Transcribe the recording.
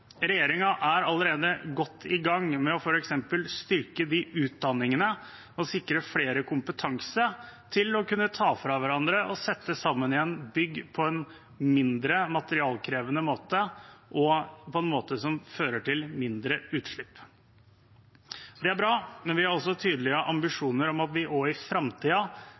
er allerede godt i gang med f.eks. å styrke de utdanningene og sikre flere kompetanse til å kunne ta fra hverandre og sette sammen igjen bygg på en mindre materialkrevende måte og på en måte som fører til mindre utslipp. Det er bra, men vi har tydelige ambisjoner om at vi i framtiden vil se flere nullutslipps både gravemaskiner, dumpere og